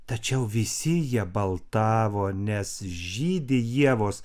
tačiau visi jie baltavo nes žydi ievos